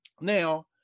Now